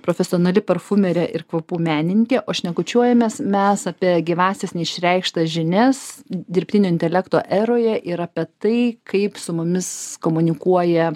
profesionali parfumerė ir kvapų menininkė o šnekučiuojamės mes apie gyvąsias neišreikštas žinias dirbtinio intelekto eroje ir apie tai kaip su mumis komunikuoja